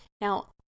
Now